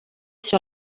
sur